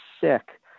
sick